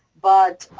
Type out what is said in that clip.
but,